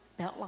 Beltline